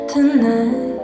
Tonight